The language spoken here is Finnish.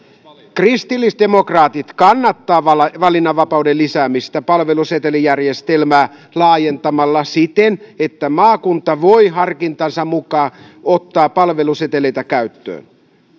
kristillisdemokraatit kannattavat valinnanvapauden lisäämistä palvelusetelijärjestelmää laajentamalla siten että maakunta voi harkintansa mukaan ottaa palveluseteleitä käyttöön